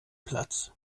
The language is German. platz